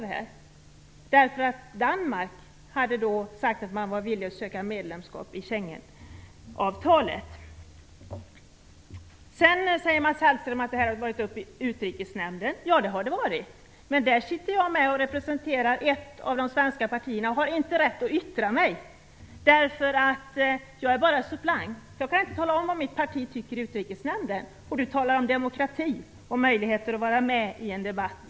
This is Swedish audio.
Man hade då nämligen från dansk sida sagt att man var villig att ansluta sig till Mats Hellström säger att frågan varit upp i Utrikesnämnden. Ja, det har den varit. Men där sitter jag med som representant för ett av de svenska partierna men har inte rätt att yttra mig, därför att jag bara är suppleant. Jag kan inte tala om vad mitt parti tycker i Utrikesnämnden, och Mats Hellström talar om demokrati och möjligheten att delta i debatten.